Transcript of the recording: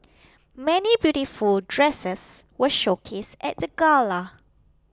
many beautiful dresses were showcased at the gala